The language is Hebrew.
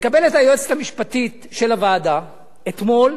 מקבלת היועצת המשפטית של הוועדה אתמול